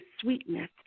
sweetness